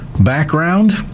background